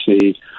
see